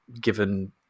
given